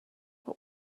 what